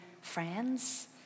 friends